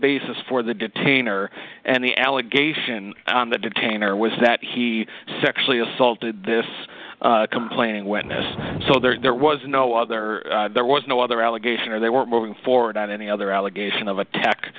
basis for the detainer and the allegation on that container was that he sexually assaulted this complaining witness so there was no other there was no other allegation or they were moving forward on any other allegation of attack